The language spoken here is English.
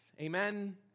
Amen